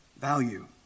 value